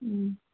ꯎꯝ